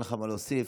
אין לך מה להוסיף?